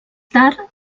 tard